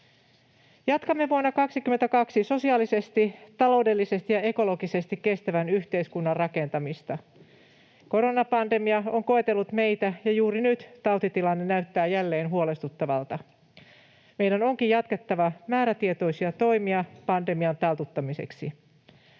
Jatkamme vuonna 22 sosiaalisesti, taloudellisesti ja ekologisesti kestävän yhteiskunnan rakentamista. Koronapandemia on koetellut meitä, ja juuri nyt tautitilanne näyttää jälleen huolestuttavalta. Meidän onkin jatkettava määrätietoisia toimia pandemian taltuttamiseksi.